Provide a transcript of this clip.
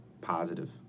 Positive